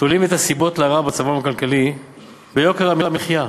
תולים את הסיבות להרעה במצבם הכלכלי ביוקר המחיה,